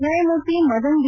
ನ್ಯಾಯಮೂರ್ತಿ ಮದನ್ ಬಿ